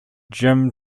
jim